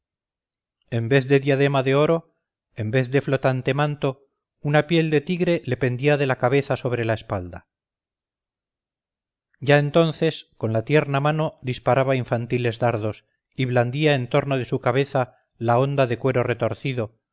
en vez de diadema de oro en vez de flotante manto una piel de tigre le pendía de la cabeza sobre la espalda ya entonces con la tierna mano disparaba infantiles dardos y blandía en torno de su cabeza la honda de cuero retorcido